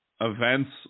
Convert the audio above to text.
events